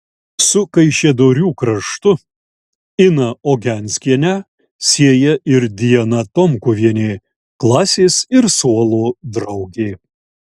su kaišiadorių kraštu iną ogenskienę sieja ir diana tomkuvienė klasės ir suolo draugė